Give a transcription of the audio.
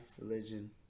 Religion